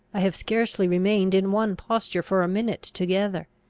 i have scarcely remained in one posture for a minute together.